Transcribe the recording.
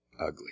ugly